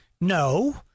no